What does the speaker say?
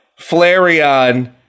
Flareon